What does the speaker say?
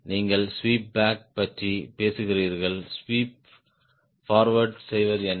நீங்கள் sweep back பற்றி பேசுகிறீர்கள் ஸ்வீப் போர்வேர்ட் செய்வது என்ன